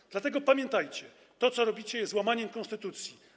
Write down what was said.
2/3. Dlatego pamiętajcie: to, co robicie, jest łamaniem konstytucji.